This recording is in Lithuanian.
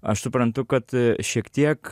aš suprantu kad šiek tiek